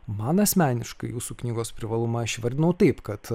man asmeniškai jūsų knygos privalumą aš įvardinau taip kad